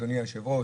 אדוני היושב-ראש